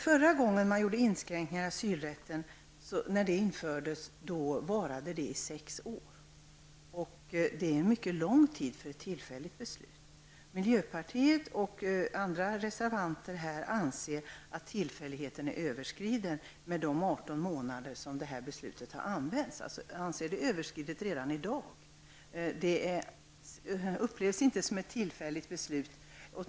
Förra gången inskränkningar gjordes i asylrätten varade de i sex år. Det är en mycket lång tid för ett tillfälligt beslut. Miljöpartiet och andra reservanter anser att tillfälligheten har överskridits i och med de 18 månader som har förflutit sedan detta beslut trädde i kraft. Det upplevs inte som ett tillfälligt beslut.